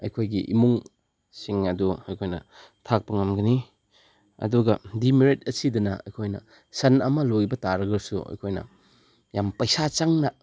ꯑꯩꯈꯣꯏꯒꯤ ꯏꯃꯨꯡꯁꯤꯡ ꯑꯗꯨ ꯑꯩꯈꯣꯏꯅ ꯊꯥꯛꯄ ꯉꯝꯒꯅꯤ ꯑꯗꯨꯒ ꯗꯤꯃꯦꯔꯤꯠ ꯑꯁꯤꯗꯅ ꯑꯩꯈꯣꯏꯅ ꯁꯟ ꯑꯃ ꯂꯣꯏꯕ ꯇꯥꯔꯒꯁꯨ ꯑꯩꯈꯣꯏꯅ ꯌꯥꯝ ꯄꯩꯁꯥ ꯆꯪꯅ